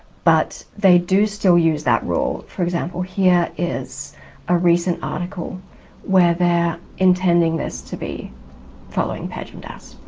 but they do still use that rule. for example here is a recent article where they're intending this to be following pejmdas.